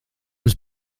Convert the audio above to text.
was